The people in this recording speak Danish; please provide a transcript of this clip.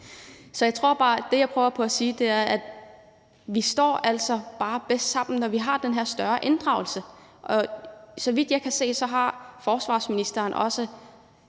vi altså bare står bedst sammen, når der er den her større grad af inddragelse. Og så vidt jeg kan se, har forsvarsministeren også